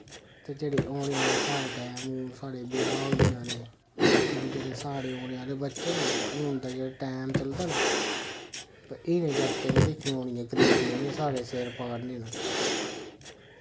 ते जेह्ड़े औने आह्ला साढ़ा टैम हून साढ़े ब्याह् होई जाने ते फ्ही जेह्ड़े साढ़े होने आह्ले बच्चे न जेह्ड़े हून ते जेह्ड़े टैम चलदा ना ते इ'नें जागतें निं दिक्खनी होनी ऐ गरीबियां इनें साढ़े सिर फाड़ने न